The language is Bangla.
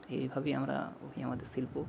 এইভাবেই আমরা ওভি আমাদের শিল্প